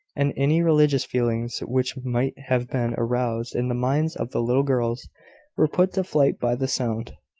and any religious feelings which might have been aroused in the minds of the little girls were put to flight by the sound.